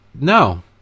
no